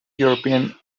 european